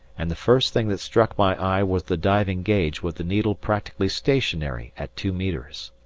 and the first thing that struck my eye was the diving gauge with the needle practically stationary at two metres.